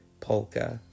Polka